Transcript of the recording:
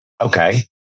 Okay